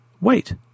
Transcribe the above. Wait